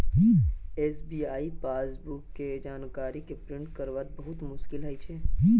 SBI passbook केर जानकारी क प्रिंट करवात बहुत मुस्कील हो छे